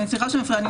סליחה שאני מפריעה,